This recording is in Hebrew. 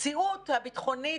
המציאות הביטחונית,